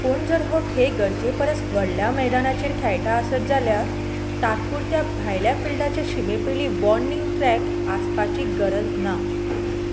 पूण जर हो खेळ गरजे परस व्हडल्या मैदानाचेर खेळटा आसत जाल्यार तात्पुरत्या भायल्या फिल्डाचे शिमे पयलीं वॉर्निंग ट्रॅक आसपाची गरज ना